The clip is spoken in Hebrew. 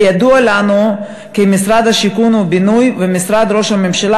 וידוע לנו כי משרד הבינוי והשיכון ומשרד ראש הממשלה